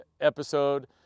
episode